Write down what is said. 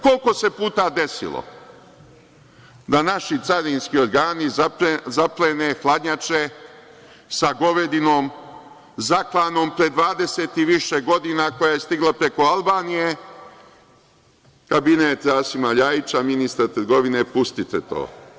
Koliko se puta desilo da naši carinski organi zaplene hladnjače sa govedinom, zaklanom pre 20 i više godina, a koja je stigla preko Albanije, kabinet Rasima LJajića, ministra trgovine, pustite to.